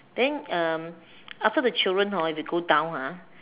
then um after the children hor you can go down ha